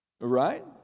Right